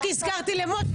רק הזכרתי למשה.